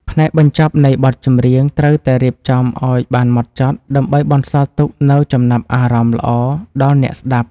ផ្នែកបញ្ចប់នៃបទចម្រៀងត្រូវតែរៀបចំឱ្យបានហ្មត់ចត់ដើម្បីបន្សល់ទុកនូវចំណាប់អារម្មណ៍ល្អដល់អ្នកស្ដាប់។